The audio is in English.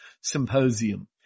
symposium